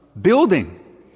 building